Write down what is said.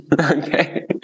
Okay